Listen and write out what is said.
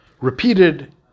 repeated